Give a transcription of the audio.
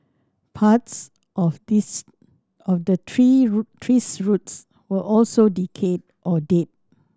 parts of these of the tree tree's roots were also decayed or dead